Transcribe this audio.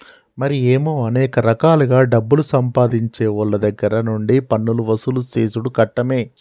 మరి ఏమో అనేక రకాలుగా డబ్బులు సంపాదించేవోళ్ళ దగ్గర నుండి పన్నులు వసూలు సేసుడు కట్టమే